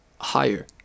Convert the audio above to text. higher